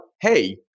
hey